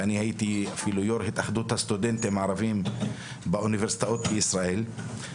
ואני הייתי אפילו יו"ר התאחדות הסטודנטים הערבים באוניברסיטאות בישראל,